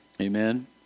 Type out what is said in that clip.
amen